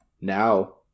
now